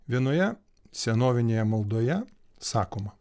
vienoje senovinėje maldoje sakoma